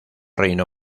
reino